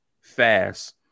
fast